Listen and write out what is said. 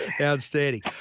Outstanding